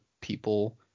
people